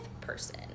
person